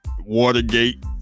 Watergate